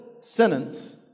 sentence